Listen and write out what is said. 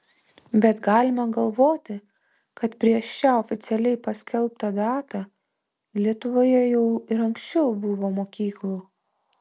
bet galima galvoti kad prieš šią oficialiai paskelbtą datą lietuvoje jau ir anksčiau buvo mokyklų